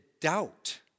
doubt